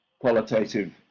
qualitative